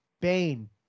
Bane